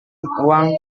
uang